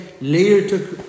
Later